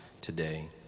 today